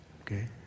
Okay